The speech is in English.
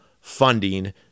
funding